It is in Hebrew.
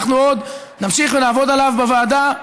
אנחנו עוד נמשיך ונעבוד עליו בוועדה,